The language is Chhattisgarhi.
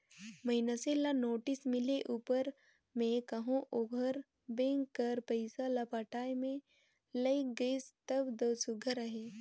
मइनसे ल नोटिस मिले उपर में कहो ओहर बेंक कर पइसा ल पटाए में लइग गइस तब दो सुग्घर अहे